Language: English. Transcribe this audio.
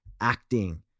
acting